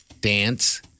Dance